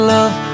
Love